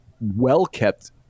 well-kept